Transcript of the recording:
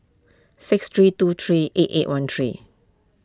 six three two three eight eight one three